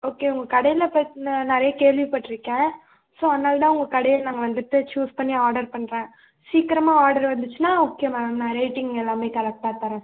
okay உங்கள் கடை பற்றி நான் நிறைய கேள்விப்பட்டிருக்கேன் ஸோ அதனால் தான் உங்கள் கடையை நாங்கள் வந்துட்டு சூஸ் பண்ணி ஆர்டர் பண்ணுறேன் சீக்கிரமா ஆர்டர் வந்துருச்சின்னால் ஓகே மேம் நான் ரேட்டிங் எல்லாமே கரெக்டாக தரேன்